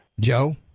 Joe